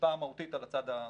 השפעה מהותית על הצד השני.